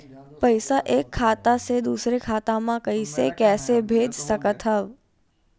पईसा एक खाता से दुसर खाता मा कइसे कैसे भेज सकथव?